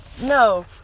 No